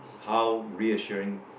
how reassuring